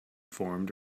formed